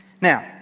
Now